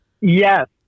yes